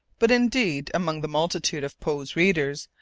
but indeed, among the multitude of poe's readers,